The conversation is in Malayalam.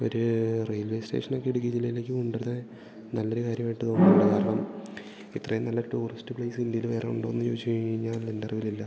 ഒര് റെയിൽവേ സ്റ്റേഷന് ഇടുക്കി ജില്ലയിലേക്ക് കൊണ്ടുവരുന്നത് നല്ലൊര് കാര്യവായിട്ട് തോന്നുന്നുണ്ട് കാരണം ഇത്രയും നല്ല ടൂറിസ്റ്റ് പ്ലേസ് ഇന്ത്യയില് വേറെ ഉണ്ടോന്ന് ചോദിച്ച് കഴിഞ്ഞാൽ എൻ്റെ അറിവിലില്ല